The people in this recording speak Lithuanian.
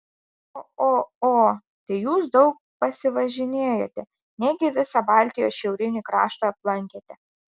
o o o tai jūs daug pasivažinėjote negi visą baltijos šiaurinį kraštą aplankėte